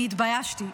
אני התביישתי.